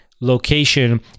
location